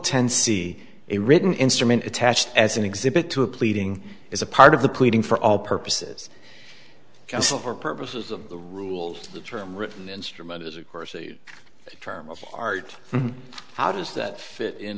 a written instrument attached as an exhibit to a pleading is a part of the pleading for all purposes counsel for purposes of the rules the term written instrument is of course a term of art how does that fit in